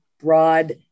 broad